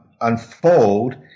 unfold